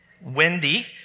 Wendy